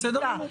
בסדר גמור.